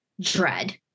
dread